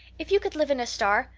if you could live in a star,